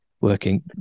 working